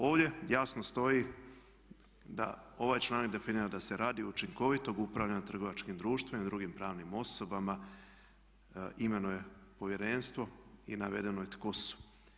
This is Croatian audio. Ovdje jasno stoji da ovaj članak definira da se radi učinkovitog upravljanja trgovačkim društvima i drugim pravnim osobama imenuje povjerenstvo i navedeno je tko su.